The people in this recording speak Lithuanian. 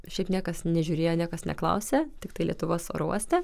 šiaip niekas nežiūrėjo niekas neklausė tiktai lietuvos oro uoste